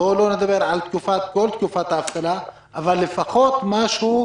בואו לא נדבר על כל תקופת האבטלה, אבל לפחות משהו,